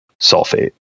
sulfate